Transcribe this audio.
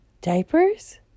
diapers